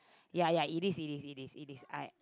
ya ya it is it is it is it is I